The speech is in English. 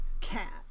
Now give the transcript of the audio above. cat